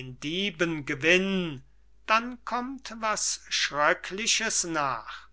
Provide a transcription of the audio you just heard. dieben gewinn dann kommt was schröckliches nach